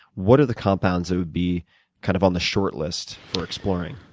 what are the compounds that would be kind of on the short list for exploring?